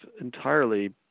entirely